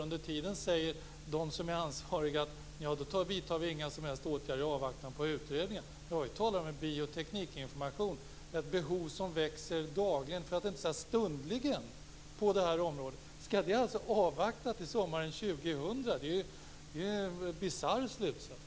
Under tiden säger de som är ansvariga: Vi vidtar inga som helst åtgärder i avvaktan på utredningen. Men nu talar vi om bioteknikinformation, ett behov som växer dagligen, för att inte säga stundligen, på det här området. Skall man alltså avvakta till sommaren 2000? Det är en bisarr slutsats.